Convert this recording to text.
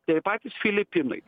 tai patys filipinai